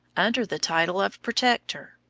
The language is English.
under the title of protector.